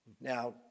Now